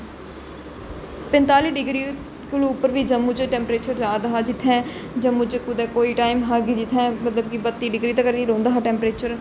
पैंताली degree कोला उप्पर बी जंदा ऐ जम्मू च टैम्परेचर जारदा हा जित्थै जम्मू च कुतै कुतै कोई टाइम हा कि जित्थे मतलब कि बत्ती डिग्री तक्कर गै रौंहदा हा टैम्परेचर